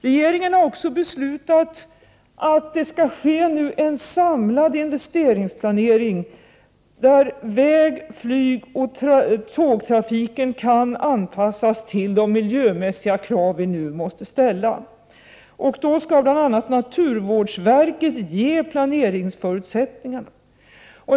Regeringen har också beslutat att det skall ske en samlad investeringsplanering, där väg-, flygoch tågtrafiken kan anpassas till de miljömässiga krav vi nu måste ställa. Då skall bl.a. naturvårdsverket ge planeringsförutsättningarna.